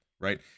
right